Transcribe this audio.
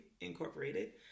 Incorporated